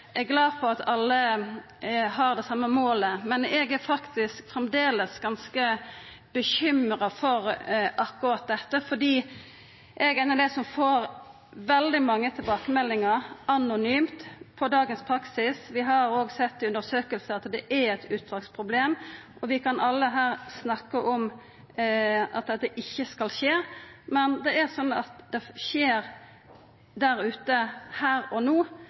er glad for at alle har det same målet, men eg er faktisk framleis ganske bekymra for akkurat dette, for eg er ein av dei som får svært mange tilbakemeldingar anonymt om dagens praksis. Vi har òg sett undersøkingar som viser at det er eit utstrekt problem. Vi kan alle snakka om at dette ikkje skal skje, men det skjer der ute her og